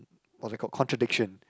what is it call contradiction